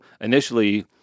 initially